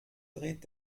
dreht